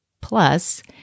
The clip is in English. Plus